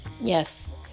yes